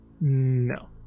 no